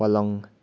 पलङ